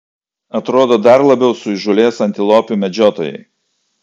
atrodo dar labiau suįžūlės antilopių medžiotojai